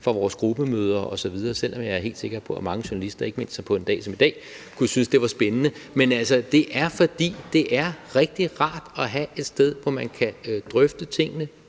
fra vores gruppemøder osv., selv om jeg er helt sikker på, at mange journalister, ikke mindst på en dag som i dag, kunne synes, det var spændende. Men det er, fordi det er rigtig rart at have et sted, hvor man kan drøfte tingene